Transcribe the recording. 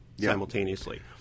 simultaneously